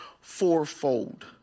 fourfold